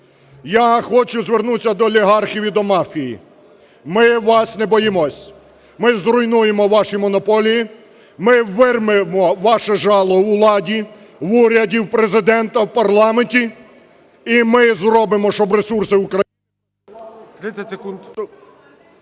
Я хочу звернутися до олігархів і до мафії. Ми вас не боїмось, ми зруйнуємо ваші монополії, ми вирвемо ваше жало у владі, в уряді, у Президента, в парламенті, і ми зробимо, щоб ресурси України...